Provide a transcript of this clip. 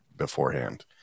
beforehand